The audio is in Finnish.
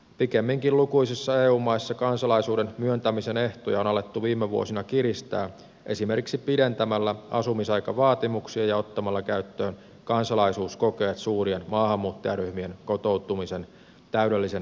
pikemminkin lukuisissa eu maissa kansalaisuuden myöntämisen ehtoja on alettu viime vuosina kiristää esimerkiksi pidentämällä asumisaikavaatimuksia ja ottamalla käyttöön kansalaisuuskokeet suurien maahanmuuttajaryhmien kotoutumisen täydellisen epäonnistumisen vuoksi